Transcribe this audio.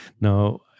Now